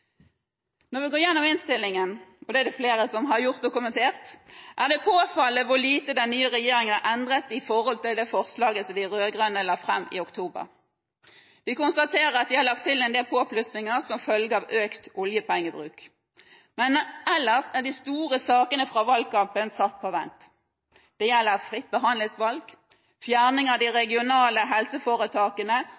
Når vi går igjennom innstillingen, og det er det flere som har gjort og kommentert, er det påfallende hvor lite den nye regjeringen har endret i forhold til det forslaget som de rød-grønne la fram i oktober. Vi konstaterer at de har lagt til endel påplussinger som følge av økt oljepengebruk, men ellers er de store sakene fra valgkampen satt på vent. Det gjelder fritt behandlingsvalg, fjerning av de